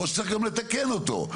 או שצריך גם לתקן אותו?